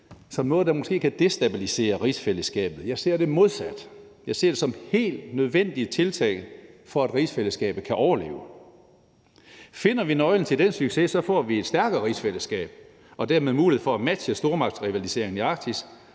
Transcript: som noget, der måske kan destabilisere rigsfællesskabet. Jeg ser det modsatte, for jeg ser det som helt nødvendige tiltag, for at rigsfællesskabet kan overleve. Finder vi nøglen til den succes, får vi et stærkere rigsfællesskab og dermed mulighed for at matche stormagtsrivaliseringen i Arktis